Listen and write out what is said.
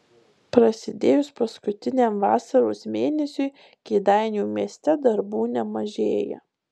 prasidėjus paskutiniam vasaros mėnesiui kėdainių mieste darbų nemažėja